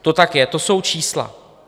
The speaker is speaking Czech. To tak je, to jsou čísla.